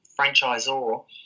franchisor